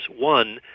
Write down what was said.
one